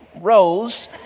Rose